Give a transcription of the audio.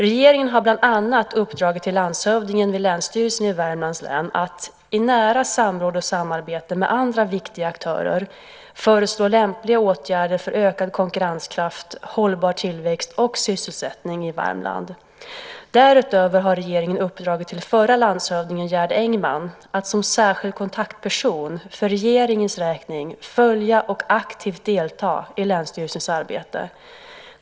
Regeringen har bland annat uppdragit till landshövdingen vid Länsstyrelsen i Värmlands län att, i nära samråd och samarbete med andra viktiga aktörer, föreslå lämpliga åtgärder för ökad konkurrenskraft, hållbar tillväxt och sysselsättning i Värmland. Därutöver har regeringen uppdragit till förra landshövdingen Gerd Engman att som särskild kontaktperson för regeringens räkning följa och aktivt delta i länsstyrelsens arbete.